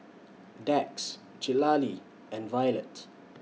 Dax and Violet